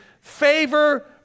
favor